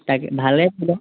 তাকে ভালে আছিলে